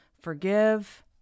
Forgive